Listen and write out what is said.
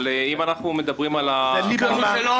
אבל אם אנחנו מדברים על --- זה ליברמן --- לא,